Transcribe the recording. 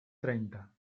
treinta